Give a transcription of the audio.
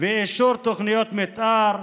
ואישור תוכניות מתאר,